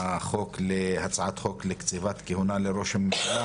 בהצעת חוק לקציבת כהונה לראש הממשלה,